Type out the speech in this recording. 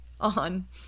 on